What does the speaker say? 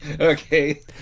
Okay